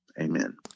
Amen